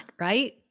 right